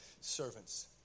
servants